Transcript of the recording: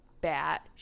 bat